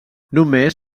només